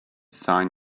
sign